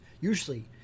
usually